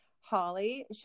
Holly